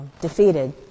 defeated